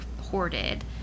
hoarded